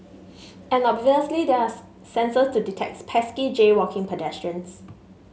and obviously there are sensors to detect pesky jaywalking pedestrians